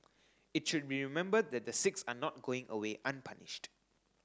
it should be remembered that the six are not going away unpunished